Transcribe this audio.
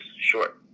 short